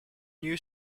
new